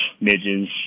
midges